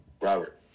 Robert